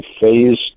phase